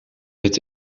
het